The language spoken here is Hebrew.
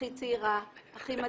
הכי מדהימה.